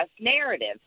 narrative